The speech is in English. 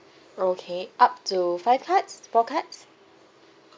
okay up to five cards four cards